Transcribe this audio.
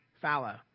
fallow